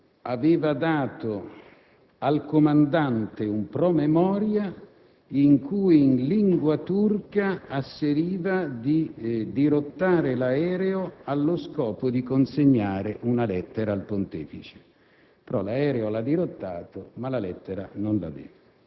però, aveva dato al comandante un promemoria in cui, in lingua turca, asseriva di dirottare l'aereo allo scopo di consegnare una lettera al Pontefice.